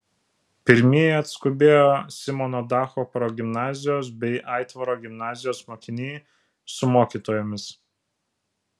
pirmieji atskubėjo simono dacho progimnazijos bei aitvaro gimnazijos mokiniai su mokytojomis